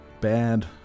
Bad